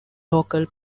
local